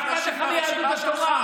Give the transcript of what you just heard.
מה אכפת לך מיהדות התורה?